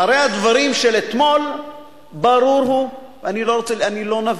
אחרי הדברים של אתמול ברור הוא, אני לא נביא,